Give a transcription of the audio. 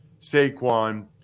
Saquon